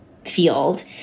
field